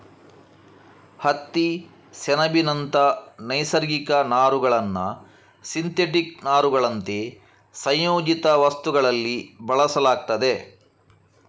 ಹತ್ತಿ, ಸೆಣಬಿನಂತ ನೈಸರ್ಗಿಕ ನಾರುಗಳನ್ನ ಸಿಂಥೆಟಿಕ್ ನಾರುಗಳಂತೆ ಸಂಯೋಜಿತ ವಸ್ತುಗಳಲ್ಲಿ ಬಳಸಲಾಗ್ತದೆ